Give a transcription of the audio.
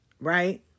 right